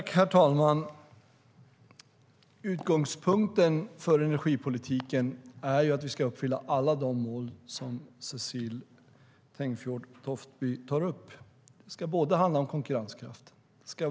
Herr talman! Utgångspunkten för energipolitiken är att vi ska uppfylla alla de mål som Cecilie Tenfjord-Toftby tar upp. Det handlar om konkurrenskraft.